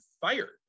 fired